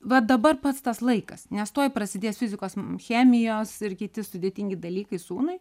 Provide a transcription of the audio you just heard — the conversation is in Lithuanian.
va dabar pats tas laikas nes tuoj prasidės fizikos chemijos ir kiti sudėtingi dalykai sūnui